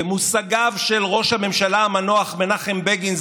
במושגיו של ראש הממשלה המנוח מנחם בגין,